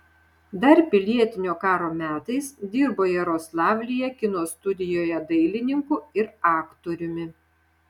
dar pilietinio karo metais dirbo jaroslavlyje kino studijoje dailininku ir aktoriumi